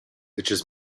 itches